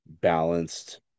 balanced